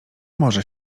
może